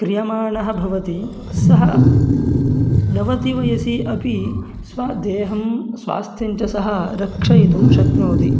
क्रियमाणः भवति सः नवति वयसि अपि स्वदेहं स्वास्थ्यं च सः रक्षयितुं शक्नोति